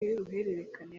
y’uruhererekane